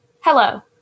Hello